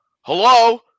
Hello